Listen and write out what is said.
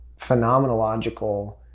phenomenological